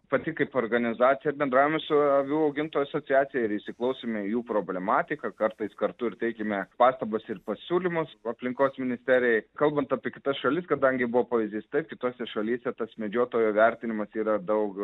pati kaip organizacija bendraujame su avių augintojų asociacija ir įsiklausome į jų problematiką kartais kartu ir teikiame pastabas ir pasiūlymus aplinkos ministerijai kalbant apie kitas šalis kadangi buvo pavyzdys taip kitose šalyse tas medžiotojo vertinimas yra daug